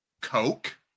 Coke